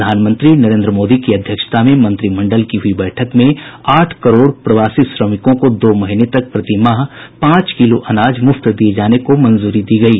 प्रधानमंत्री नरेन्द्र मोदी की अध्यक्षता में मंत्रिमंडल की हुई बैठक में आठ करोड़ प्रवासी श्रमिकों को दो महीने तक प्रतिमाह पांच किलो अनाज मुफ्त दिये जाने को मंजूरी दी गयी